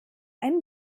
ein